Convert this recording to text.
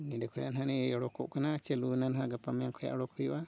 ᱱᱚᱰᱮ ᱠᱷᱚᱱᱟᱜ ᱱᱟᱦᱟᱸᱜ ᱱᱤᱭᱟᱹ ᱜᱮ ᱚᱰᱳᱠᱚᱜ ᱠᱟᱱᱟ ᱪᱟᱹᱞᱩᱜᱼᱟ ᱱᱟᱦᱟᱸᱜ ᱜᱟᱯᱟ ᱢᱮᱭᱟᱝ ᱠᱷᱚᱱᱟᱜ ᱚᱰᱳᱠ ᱦᱩᱭᱩᱜᱼᱟ